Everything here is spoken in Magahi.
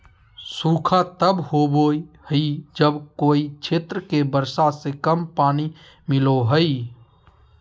सूखा तब होबो हइ जब कोय क्षेत्र के वर्षा से कम पानी मिलो हइ